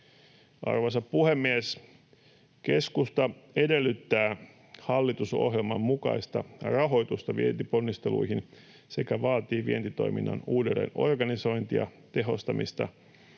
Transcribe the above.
Arvoisa puhemies! Keskusta edellyttää hallitusohjelman mukaista rahoitusta vientiponnisteluihin sekä vaatii vientitoiminnan uudelleenorganisointia, tehostamista